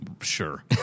sure